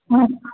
ಹಾಂ